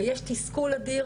ויש תסכול אדיר